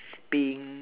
pink